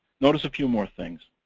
notice a few more things.